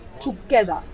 together